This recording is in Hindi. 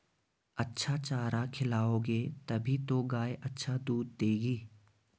अच्छा चारा खिलाओगे तभी तो गाय अच्छा दूध देगी